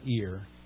ear